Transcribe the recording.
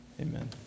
Amen